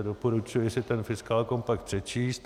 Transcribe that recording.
Doporučuji si ten fiskálkompakt přečíst.